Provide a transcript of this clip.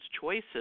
choices